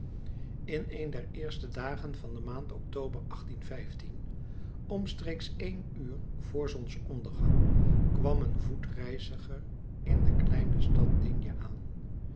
in een der eerste dagen van de maand october omstreeks een uur vr zonsondergang kwam een voetreiziger in de kleine stad d aan